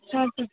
okay sir